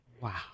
Wow